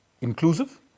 inclusive